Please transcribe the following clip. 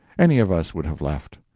any of us would have left.